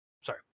Sorry